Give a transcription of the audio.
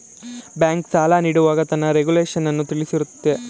bank, ಸಾಲ ನೀಡುವಾಗ ತನ್ನ ರೆಗುಲೇಶನ್ನನ್ನು ತಿಳಿಸಿರುತ್ತದೆ